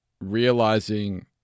realizing